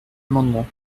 amendement